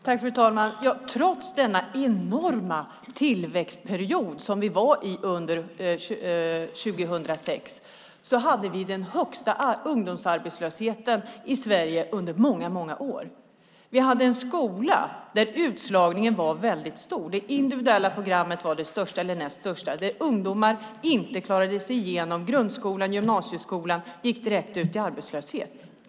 Fru talman! Trots den enorma tillväxtperiod som vi var inne i under 2006 hade vi den högsta ungdomsarbetslösheten i Sverige på många, många år. Vi hade en skola där utslagningen var stor. Det individuella programmet var det största eller näst största. Ungdomar klarade sig inte igenom grundskolan och gymnasieskolan utan gick direkt ut i arbetslöshet.